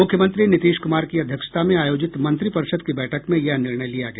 मुख्यमंत्री नीतीश कुमार की अध्यक्षता में आयोजित मंत्रिपरिषद् की बैठक में यह निर्णय लिया गया